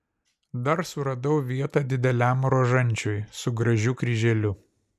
dar suradau vietą dideliam rožančiui su gražiu kryželiu